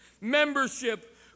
membership